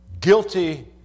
Guilty